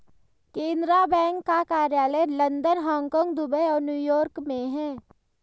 Canara bank का कार्यालय London Hong Kong Dubai और न्यू यॉर्क में है